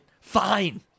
fine